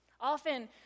Often